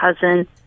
cousin